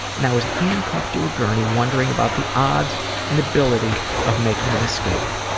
and i was handcuffed to a gurney wondering about the odds and ability of making an escape.